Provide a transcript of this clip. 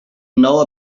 know